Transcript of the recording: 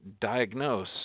diagnose